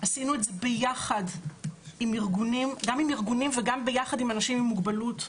עשינו את זה גם עם ארגונים וגם ביחד עם אנשים עם מוגבלות.